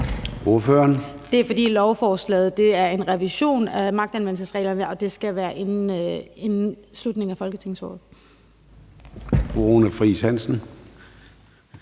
Det er, fordi lovforslaget er en revision af magtanvendelsesreglerne, og at det skal være inden slutningen af folketingsåret.